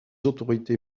autorités